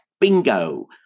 bingo